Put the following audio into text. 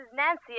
Nancy